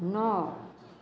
नओ